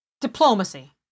Diplomacy